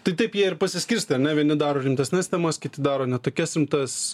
tai taip jie ir pasiskirstė ar ne vieni daro rimtesnes temas kiti daro ne tokias rimtas